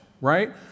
right